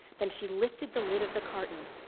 then she lifted the lid of the carton.